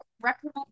Recommend